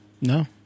No